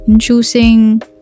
Choosing